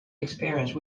experience